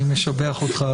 אני משבח אותך.